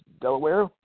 Delaware